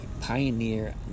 Pioneer